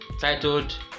titled